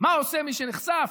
מה עושה מי שנחשף,